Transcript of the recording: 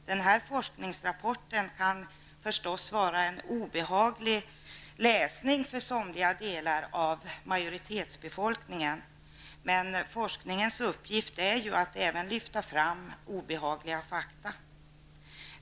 Den här forskningsrapporten kan förstås vara en obehaglig läsning för somliga delar av majoritetsbefolkningen, men forskningens uppgift är ju även att lyfta fram obehagliga fakta.